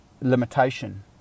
limitation